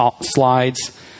slides